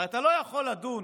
אתה לא יכול לדון